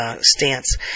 stance